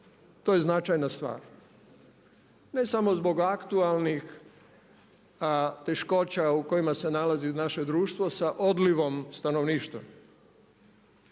to je značajna stvar, ne samo zbog aktualnih teškoća u kojima se nalazi naše društvo sa odlivom stanovništva